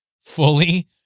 fully